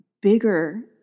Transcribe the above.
bigger